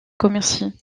commercy